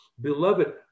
Beloved